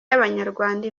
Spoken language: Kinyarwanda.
y’abanyarwanda